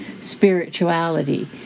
spirituality